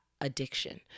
addiction